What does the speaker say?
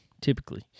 Typically